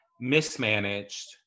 mismanaged